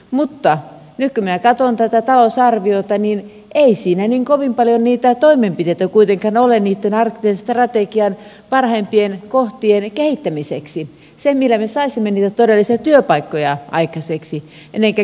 mutta nyt kun minä katson tätä talousarviota niin ei siinä niin kovin paljon niitä toimenpiteitä kuitenkaan ole niitten arktisen strategian parhaimpien kohtien kehittämiseksi sen millä me saisimme niitä todellisia työpaikkoja aikaiseksi ennen kaikkea yrityspuolelle